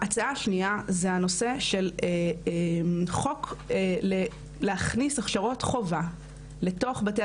ההצעה השנייה היא הנושא של חוק להכניס הכשרות חובה לתוך בתי